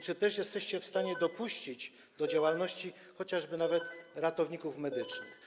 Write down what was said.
Czy jesteście w stanie dopuścić do działalności chociażby ratowników medycznych?